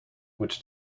which